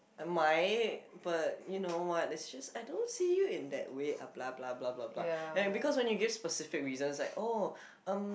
I might but you know what it's just I don't see you in that way ah blah blah blah blah blah and because when you give specific reasons like oh